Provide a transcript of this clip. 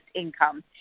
income